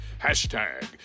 hashtag